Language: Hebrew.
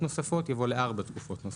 נוספות יבוא לארבע תקופות נוספות.